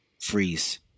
freeze